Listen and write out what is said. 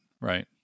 right